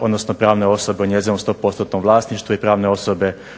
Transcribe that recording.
odnosno pravne osobe u njezinom 100%-nom vlasništvu i pravne osobe kod